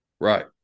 Right